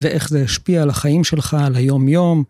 ואיך זה השפיע על החיים שלך, על היום-יום.